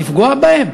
לפגוע בהם?